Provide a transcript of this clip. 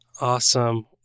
Awesome